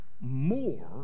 more